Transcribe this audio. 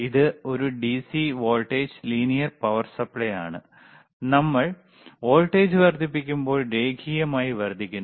ഇത് ഒരു DC voltage linear power supply ആണ് നമ്മൾ വോൾട്ടേജ് വർദ്ധിപ്പിക്കുമ്പോൾ രേഖീയമായി വർദ്ധിക്കുന്നു